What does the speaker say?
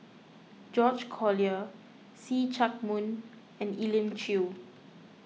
George Collyer See Chak Mun and Elim Chew